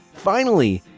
finally,